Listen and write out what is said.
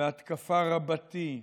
בהתקפה רבתי,